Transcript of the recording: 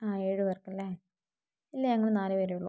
ആ ഏഴ് പേർക്കല്ലെ ഇല്ല ഞങ്ങള് നാല് പേരേയുള്ളൂ